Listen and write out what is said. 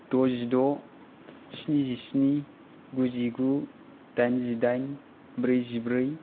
दजिद' स्निजिस्नि गुजिगु दाइनजिदाइन ब्रैजिब्रै